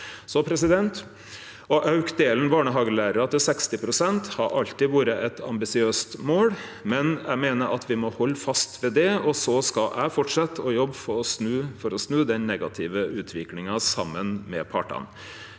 å auke delen barnehagelærarar til 60 pst. har alltid vore eit ambisiøst mål, men eg meiner at me må halde fast ved det, og så skal eg fortsetje å jobbe for å snu den negative utviklinga saman med partane.